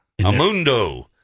Amundo